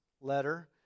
letter